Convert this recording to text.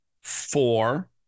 four